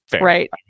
right